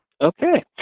Okay